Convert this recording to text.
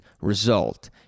result